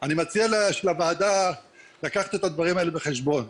אני מציע לוועדה לקחת את הדברים האלה בחשבון.